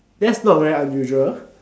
that is not very unusual